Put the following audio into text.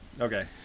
Okay